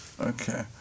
Okay